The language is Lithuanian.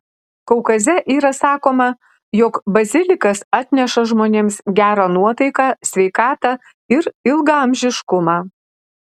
kaukaze yra sakoma jog bazilikas atneša žmonėms gerą nuotaiką sveikatą ir ilgaamžiškumą